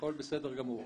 הכול בסדר גמור,